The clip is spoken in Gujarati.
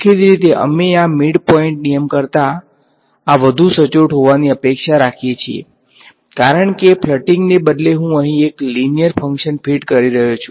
દેખીતી રીતે અમે આ મિડપોઇન્ટ નિયમ કરતાં આ વધુ સચોટ હોવાની અપેક્ષા રાખીએ છીએ કારણ કે ફ્લટીંગને બદલે હું અહીં એક લીનિયર ફંક્શન ફિટ કરી રહ્યો છું